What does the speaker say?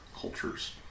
cultures